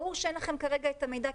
ברור שאין לכם כרגע את המידע,